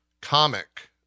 comic